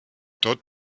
dort